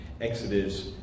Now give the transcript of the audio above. Exodus